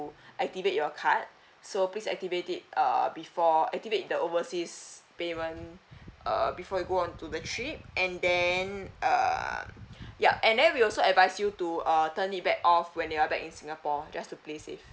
activate your card so please activate it err before activate the overseas payment err before you go on to the trip and then um yup and then we also advise you to err turn it back off when you are back in singapore just to play safe